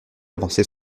avancées